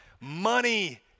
Money